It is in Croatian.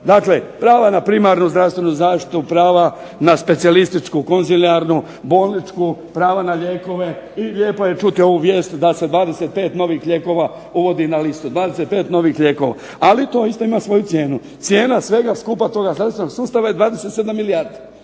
Dakle, prava na primarnu zdravstvenu zaštitu, prava na specijalističku konzilijarnu, bolničku, pravo na lijekove i lijepo je čuti ovu vijest da se 25 novih lijekova uvodi na listu. Ali to isto ima svoju cijenu. Cijena svega skupa toga zdravstvenog sustava je 27 milijardi.